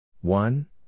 One